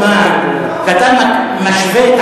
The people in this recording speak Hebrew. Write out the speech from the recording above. אתה אומר את זה כל הזמן כי אתה משווה,